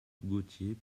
gautier